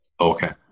Okay